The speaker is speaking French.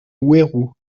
houerou